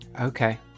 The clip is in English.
Okay